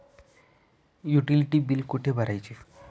Utility बिले कुठे भरायची?